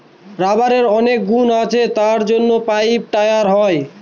রাবারের অনেক গুণ আছে তার জন্য পাইপ, টায়ার হয়